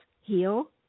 heal